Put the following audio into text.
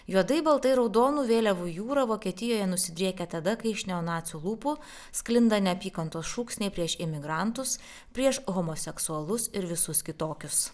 juodai baltai raudonų vėliavų jūra vokietijoje nusidriekia tada kai iš neonacių lūpų sklinda neapykantos šūksniai prieš imigrantus prieš homoseksualus ir visus kitokius